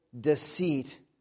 deceit